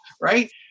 right